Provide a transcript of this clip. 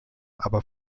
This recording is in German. aber